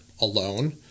alone